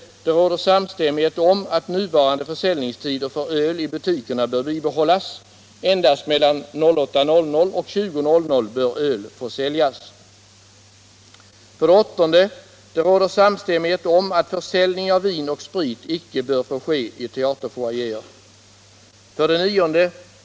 Det råder samstämmighet om att nuvarande försäljningstider för öl i butikerna bör bibehållas. Endast mellan 08.00 och 20.00 bör öl få säljas. 8. Det råder samstämmighet om att försäljning av vin och sprit icke bör få ske i teaterfoajéer. 9.